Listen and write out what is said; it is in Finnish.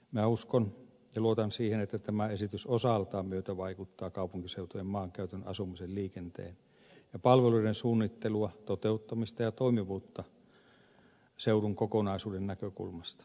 minä uskon ja luotan siihen että tämä esitys osaltaan myötävaikuttaa kaupunkiseutujen maankäytön asumisen liikenteen ja palveluiden suunnitteluun toteuttamiseen ja toimivuuteen seudun kokonaisuuden näkökulmasta